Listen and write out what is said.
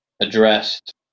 addressed